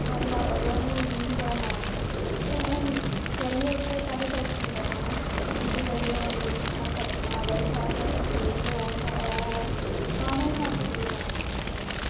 माड़ी माता जेह्ड़ी उ'नेंगी बड़ा मन्नदे ते हून जाइयै उत्थै पैह्लें दर्शन करने फिर उत्थै जाइयै मत्था टेकना आं भाई साढ़ा सफर स्हेई ओ आं मैं हिमाचल प्रदेश जाना चाह्न्नी आं